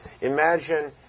Imagine